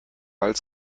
als